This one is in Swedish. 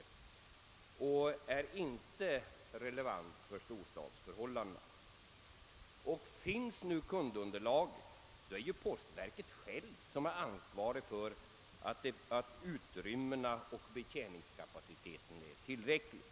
Det är inte relevant för storstadsförhållandena. Och om kundunderlaget finns är det ju postverket självt som har ansvaret för att utrymmena och betjäningskapaciteten är tillräckliga.